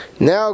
Now